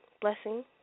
blessing